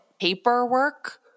Paperwork